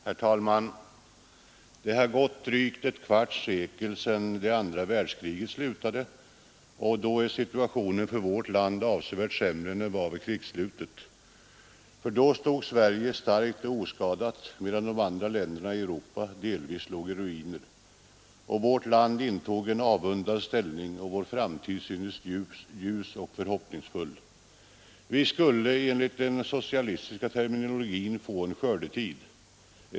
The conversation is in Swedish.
Herr talman! Det har gått drygt ett kvarts sekel sedan det andra världskriget slutade, och nu är situationen för vårt land avsevärt sämre än den var vid krigsslutet. Då stod Sverige starkt och oskadat, medan de andra länderna i Europa delvis låg i ruiner. Vårt land intog en avundad ställning och vår framtid syntes ljus och förhoppningsfull. Vi skulle enligt den socialistiska terminologin få en ”skördetid”.